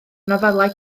nofelau